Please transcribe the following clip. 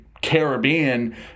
Caribbean